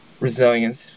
resilience